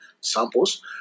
samples